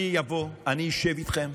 אני אבוא, אני אשב איתכם,